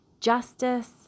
justice